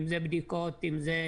אם זה בדיקות אם זה